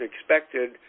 expected